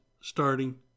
starting